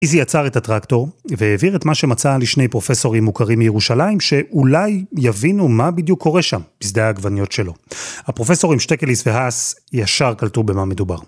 איזי עצר את הטרקטור והעביר את מה שמצא לשני פרופסורים מוכרים מירושלים, שאולי יבינו מה בדיוק קורה שם, בשדה העגבניות שלו. הפרופסורים שטקליס והאס ישר קלטו במה מדובר.